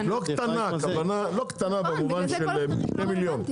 הכוונה לא קטנה במובן של שני מיליון,